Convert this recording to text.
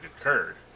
occurred